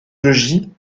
logis